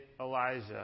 Elijah